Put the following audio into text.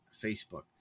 Facebook